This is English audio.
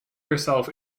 herself